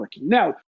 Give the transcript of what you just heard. Now